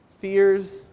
fears